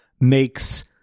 makes